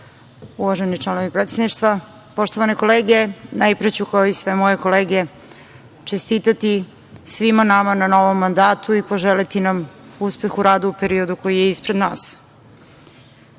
članovi predsedništva, poštovane kolege, najpre ću kao i sve moje kolege čestitati svima nama na novom mandatu i poželeti nam uspeh u radu u periodu koji je ispred